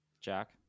Jack